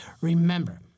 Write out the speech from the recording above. Remember